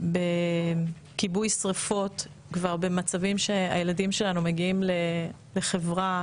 בכיבוי שריפות כבר במצבים שהילדים שלנו מגיעים לחברה,